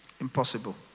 impossible